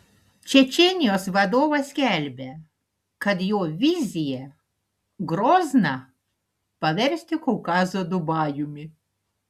čečėnijos vadovas skelbia kad jo vizija grozną paversti kaukazo dubajumi